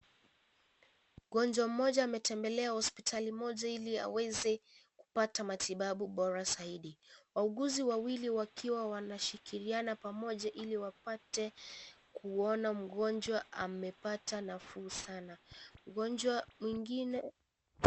Mgonjwa mmoja ametembelea hospitali moja ili aweze kupata matibabu bora zaidi. Wauguzi wawili wakiwa wanashirikiana pamoja ili wapate kuona mgonjwa amepata nafuu sana. Mgonjwa mwengine.